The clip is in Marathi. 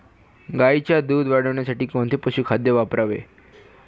गाईच्या दूध वाढीसाठी कोणते पशुखाद्य वापरावे?